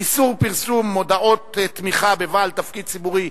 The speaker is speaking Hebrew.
איסור פרסום מודעות תמיכה בבעל תפקיד ציבורי),